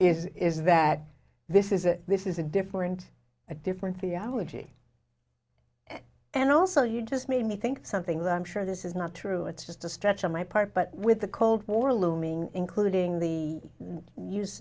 is is that this is a this is a different a different theology and also you just made me think something that i'm sure this is not true it's just a stretch on my part but with the cold war looming including the use